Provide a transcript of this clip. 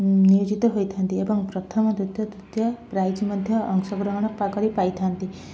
ନିୟୋଜିତ ହୋଇଥାନ୍ତି ଏବଂ ପ୍ରଥମ ଦ୍ଵିତୀୟ ତୃତୀୟ ପ୍ରାଇଜ୍ ମଧ୍ୟ ଅଂଶଗ୍ରହଣ ପାର କରି ପାଇଥାନ୍ତି